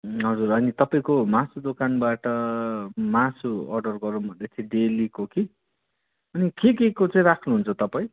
हजुर होइन तपाईँको मासु दोकानबाट मासु अर्डर गरौँ भन्दैथिएँ डेलीको कि अनि के के को चाहिँ राख्नुहुन्छ तपाईँ